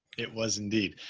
it was indeed.